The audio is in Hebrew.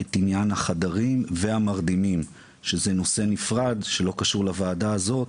את עניין החדרים והמרדימים שזה נושא נפרד שלא קשור לוועדה הזאת.